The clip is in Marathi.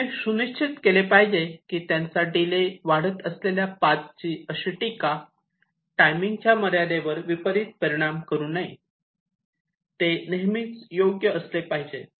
आपण हे सुनिश्चित केले पाहिजे की त्यांच्या डिले वाढत असलेल्या पाथची अशी टीका टाइमिंगच्या मर्यादेवर विपरीत परिणाम करू नये ते नेहमीच योग्य असले पाहिजेत